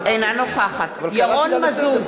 אינה נוכחת ניסן סלומינסקי,